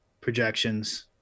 projections